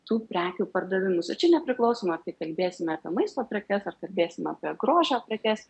tų prekių pardavimus o čia nepriklausoma ar tai kalbėsime apie maisto prekes ar kalbėsim apie grožio prekes